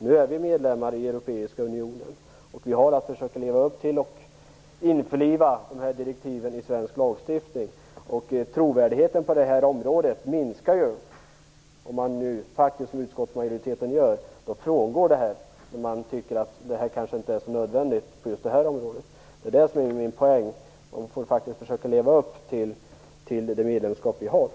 Nu är vi medlemmar i EU, och vi får försöka leva efter och införliva direktiven i svensk lagstiftning. Trovärdigheten minskar om man gör som utskottsmajoriteten och frångår det när man inte tycker att det inte är så nödvändigt på det här området. Det är min poäng. Vi skall försöka leva upp till det medlemskapet innebär.